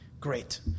Great